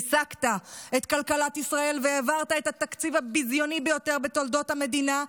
ריסקת את כלכלת ישראל והעברת את התקציב הביזיוני ביותר בתולדות המדינה,